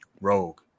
Rogue